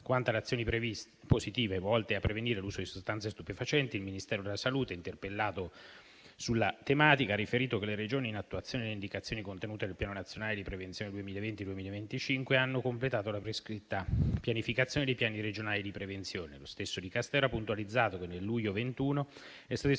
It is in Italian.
Quanto alle azioni positive volte a prevenire l'uso di sostanze stupefacenti, il Ministero della salute, interpellato sulla tematica, ha riferito che le Regioni, in attuazione delle indicazioni contenute nel Piano nazionale di prevenzione 2020-2025, hanno completato la prescritta pianificazione dei piani regionali di prevenzione. Lo stesso Dicastero ha puntualizzato che nel luglio 2021 è stato istituito